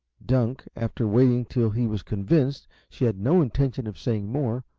dunk, after waiting till he was convinced she had no intention of saying more,